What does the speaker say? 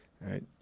right